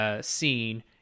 Scene